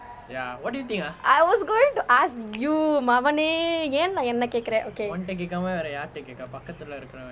I was going to ask you மவனே ஏன்:mavane aen lah என்ன கேட்கிற:enna kaetkira okay